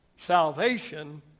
Salvation